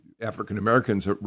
African-Americans